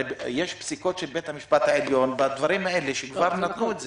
יש פסיקה של בית המשפט העליון בדברים האלה שכבר נתנה את זה.